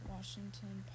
Washington